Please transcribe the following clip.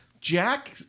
Jack